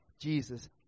Jesus